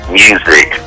music